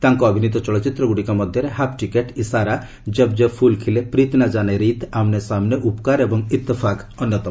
ତାଙ୍କ ଅଭିନୀତ ଚଳଚ୍ଚିତ୍ରଗୁଡ଼ିକ ମଧ୍ୟରେ ହାପ୍ ଟିକେଟ୍ ଇସାରା ଜବ୍ଜବ୍ ଫୁଲଖିଲେ ପ୍ରିତ୍ ନା କାନେ ରିତ୍ ଆମ୍ନେ ସାମ୍ନେ ଉପ୍କାର୍ ଏବଂ ଇତେଫାକ୍ ଅନ୍ୟତମ